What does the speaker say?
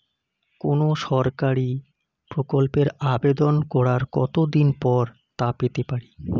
কোনো সরকারি প্রকল্পের আবেদন করার কত দিন পর তা পেতে পারি?